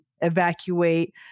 evacuate